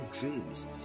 dreams